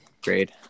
Great